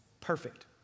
Perfect